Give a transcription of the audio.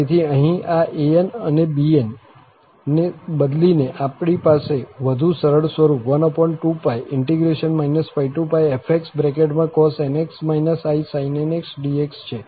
તેથી અહીં આ an અને bn ને બદલીને આપણી પાસે વધુ સરળ સ્વરૂપ 1 2∫ fcos⁡nx isin⁡nxdx છે